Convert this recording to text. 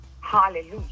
Hallelujah